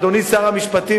אדוני שר המשפטים,